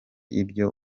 ibyo